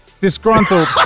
Disgruntled